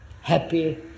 happy